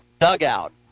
dugout